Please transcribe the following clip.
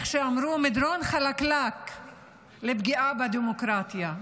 איך שאמרו, מדרון חלקלק לפגיעה בדמוקרטיה.